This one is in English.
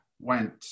went